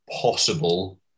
possible